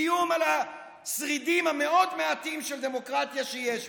איום על השרידים המאוד-מעטים של הדמוקרטיה שיש פה.